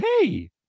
hey